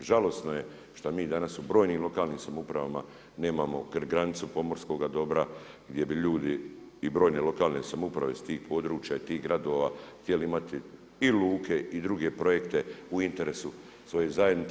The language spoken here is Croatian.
žalosno je što mi danas u brojnim lokalnim samoupravama nemamo granicu pomorskoga dobra gdje bi ljudi i brojne lokalne samouprave sa tih područja i tih gradova htjeli imati i luke i druge projekte u interesu svoje zajednice.